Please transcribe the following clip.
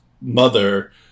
mother